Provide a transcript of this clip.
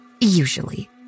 usually